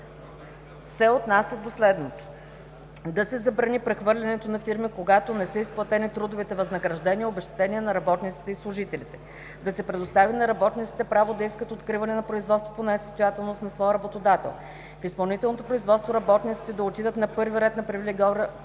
се отнасят до следното: